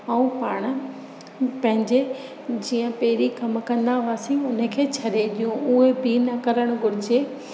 ऐं पाणि पंहिंजे जीअं पहिरीं कमु कंदा हुआसीं हुनखे छॾे ॾियूं उहा बि न करणु घुरिजे